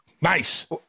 Nice